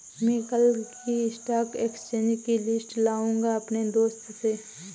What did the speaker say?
मै कल की stock exchange की लिस्ट लाऊंगा अपने दोस्त से